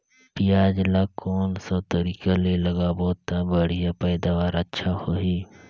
पियाज ला कोन सा तरीका ले लगाबो ता बढ़िया पैदावार अच्छा होही?